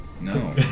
No